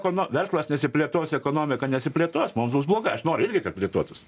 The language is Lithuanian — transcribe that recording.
ko no verslas nesiplėtos ekonomika nesiplėtos mums bus blogai aš noriu irgi kad plėtotųs